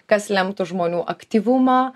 kas lemtų žmonių aktyvumą